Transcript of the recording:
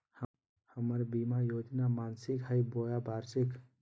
हमर बीमा योजना मासिक हई बोया वार्षिक?